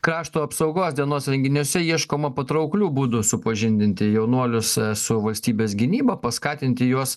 krašto apsaugos dienos renginiuose ieškoma patrauklių būdų supažindinti jaunuolius su valstybės gynyba paskatinti juos